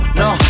no